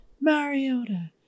Mariota